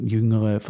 Jüngere